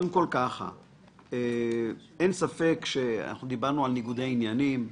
דיברנו על ניגודי עניינים.